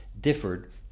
differed